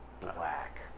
black